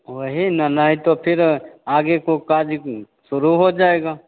वही ना नहीं तो फिर आगे को कार्य शुरू हो जाएगा